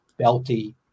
belty